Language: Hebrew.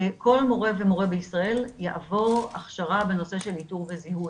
וכל מורה ומורה בישראל יעבור הכשרה בנושא של איתור וזיהוי.